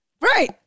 Right